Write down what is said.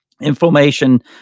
Inflammation